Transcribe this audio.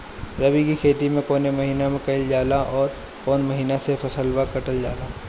रबी की खेती कौने महिने में कइल जाला अउर कौन् महीना में फसलवा कटल जाला?